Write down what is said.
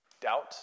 doubt